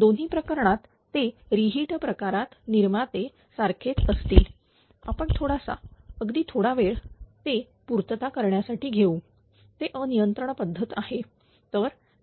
दोन्ही प्रकरणात ते री हिट प्रकारात निर्माते सारखेच असतील आपण थोडासा अगदी थोडा वेळ ते पूर्तता करण्यासाठी घेऊ ते अनियंत्रण पद्धत आहे